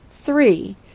Three